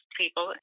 people